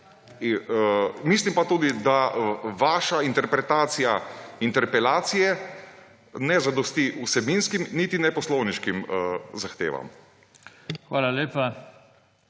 Mislim pa tudi, da vaša interpretacija interpelacije ne zadosti vsebinskim niti ne poslovniškim zahtevam.